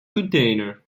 container